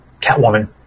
Catwoman